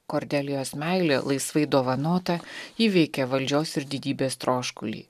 kordelijos meilė laisvai dovanota įveikia valdžios ir didybės troškulį